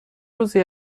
روزی